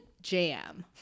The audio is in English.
jam